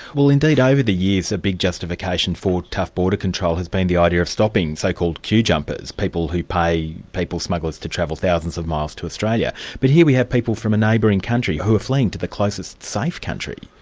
well indeed, over the years a big justification for tough border control has been the idea of stopping so-called queue jumpers, people who pay people smugglers to travel thousands of miles to australia. but here we have people from a neighbouring country who are fleeing to the closest safe country.